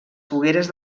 fogueres